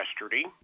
yesterday